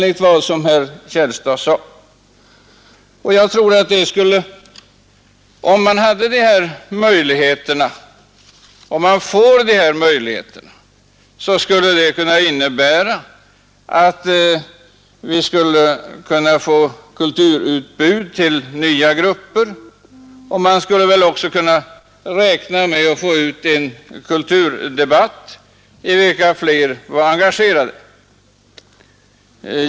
Får man de möjligheterna, så skulle det kunna innebära att vi fick ett kulturutbud till nya grupper. Vi kunde då även räkna med att få en kulturdebatt som flera var engagerade i.